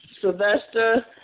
Sylvester